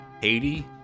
Haiti